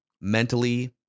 mentally